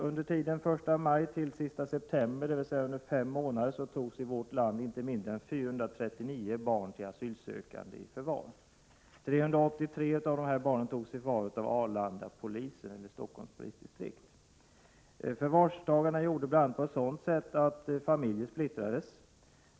Under tiden den 1 maj — den 30 september, dvs. under fem månader, togs i vårt land inte mindre än 439 barn till asylsökande i förvar. 383 av barnen togs i förvar av Arlandapolisen, inom Stockholms polisdistrikt. Förvarstaganden gjordes bl.a. på ett sådant sätt att familjer splittrades.